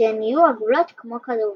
שהן יהיו עגלות כמו כדורסל.